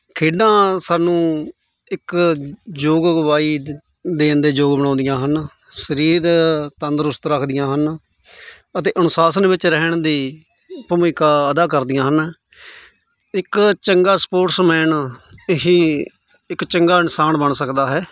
ਖੇਡਾਂ ਸਾਨੂੰ ਇੱਕ ਯੋਗ ਅਗਵਾਈ ਦੇਣ ਦੇ ਯੋਗ ਬਣਾਉਂਦੀਆਂ ਹਨ ਸਰੀਰ ਤੰਦਰੁਸਤ ਰੱਖਦੀਆਂ ਹਨ ਅਤੇ ਅਨੁਸ਼ਾਸਨ ਵਿੱਚ ਰਹਿਣ ਦੀ ਭੂਮਿਕਾ ਅਦਾ ਕਰਦੀਆਂ ਹਨ ਇੱਕ ਚੰਗਾ ਸਪੋਰਟਸਮੈਨ ਇਹ ਇੱਕ ਚੰਗਾ ਇਨਸਾਨ ਬਣ ਸਕਦਾ ਹੈ